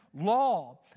law